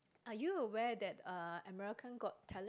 are you aware that uh America's-Got-Talent